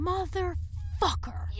Motherfucker